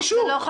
תביא אישור.